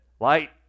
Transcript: light